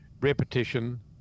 repetition